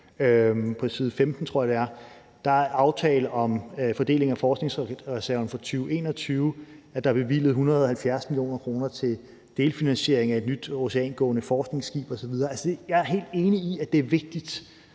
på side 15 – tror jeg, det er – ser man, at der er aftale om fordeling af forskningsreserven fra 2021, at der er bevilget 170 mio. kr. til delfinansiering af et nyt oceangående forskningsskib osv. Jeg er helt enig i, at det er vigtigt